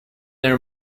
there